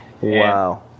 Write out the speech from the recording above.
wow